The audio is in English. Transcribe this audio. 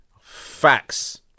facts